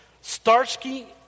Starsky